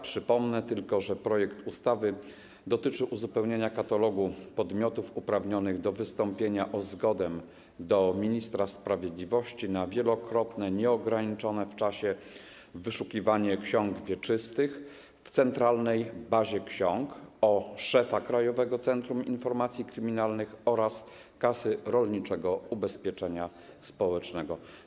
Przypomnę tylko, że projekt ustawy dotyczy uzupełnienia katalogu podmiotów uprawnionych do wystąpienia o zgodę do ministra sprawiedliwości na wielokrotne, nieograniczone w czasie wyszukiwanie ksiąg wieczystych w centralnej bazie ksiąg o szefa Krajowego Centrum Informacji Kryminalnych oraz Kasę Rolniczego Ubezpieczenia Społecznego.